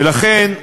ולכן,